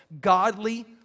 godly